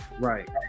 Right